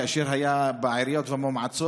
כאשר זה היה בעיריות ובמועצות,